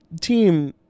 team